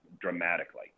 dramatically